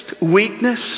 weakness